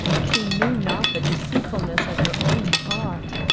she knew not the deceitfulness of her own heart,